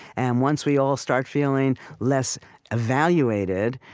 and once we all start feeling less evaluated,